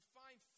find